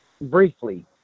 briefly